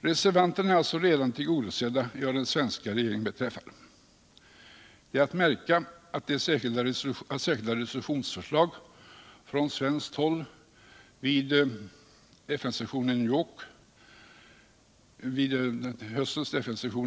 Reservanterna är alltså redan tillgodosedda vad den svenska regeringen beträffar. Det är att märka att särskilda resolutionsförslag från svenskt håll vid höstens FN-session